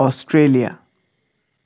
Australia